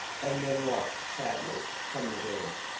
and then walked sadly from the room.